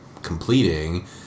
completing